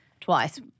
twice